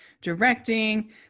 directing